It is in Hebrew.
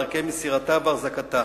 דרכי מסירתה והחזקתה.